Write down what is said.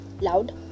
loud